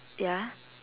ya